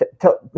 tell